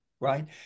right